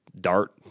dart